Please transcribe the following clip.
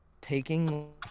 taking